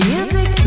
Music